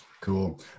Cool